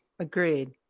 Agreed